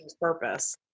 purpose